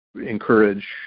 encourage